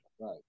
Right